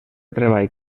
treball